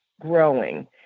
growing